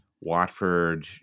Watford